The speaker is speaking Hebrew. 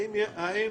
האם